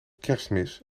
kerstmis